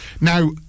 Now